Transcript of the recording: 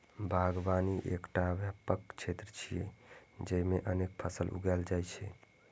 बागवानी एकटा व्यापक क्षेत्र छियै, जेइमे अनेक फसल उगायल जाइ छै